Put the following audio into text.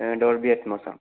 Dolby അറ്റ്മോസാ